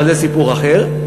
אבל זה סיפור אחר.